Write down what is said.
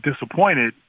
disappointed